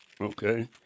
okay